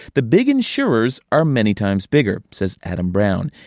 the big insurers are many times bigger, said adam brown,